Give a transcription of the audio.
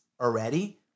already